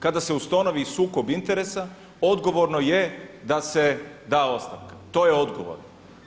Kada se ustanovi sukob interesa odgovorno je da se da ostavka, to je odgovorno.